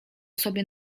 sobie